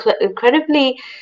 incredibly